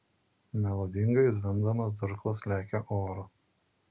melodingai zvimbdamas durklas lekia oru